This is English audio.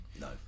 No